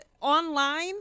online